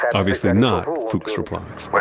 obviously not, fuchs replies